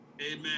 amen